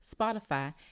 Spotify